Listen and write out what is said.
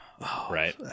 right